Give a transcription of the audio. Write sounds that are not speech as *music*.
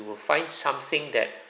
you will find something that *breath*